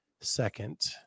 second